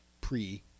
pre